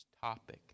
topic